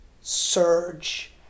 surge